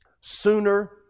sooner